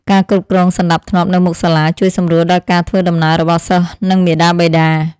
ការគ្រប់គ្រងសណ្តាប់ធ្នាប់នៅមុខសាលាជួយសម្រួលដល់ការធ្វើដំណើររបស់សិស្សនិងមាតាបិតា។